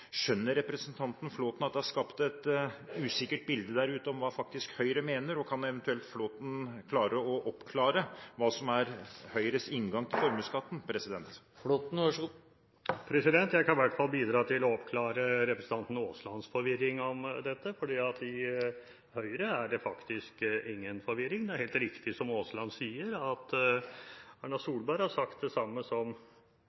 Skjønner representanten Flåtten at det har skapt et usikkert bilde der ute om hva Høyre faktisk mener? Kan eventuelt representanten Flåtten klare å oppklare hva som er Høyres inngang til formuesskatten? Jeg kan i hvert fall bidra til å oppklare representanten Aaslands forvirring om dette, for i Høyre er det faktisk ingen forvirring. Det er helt riktig som Aasland sier, at Erna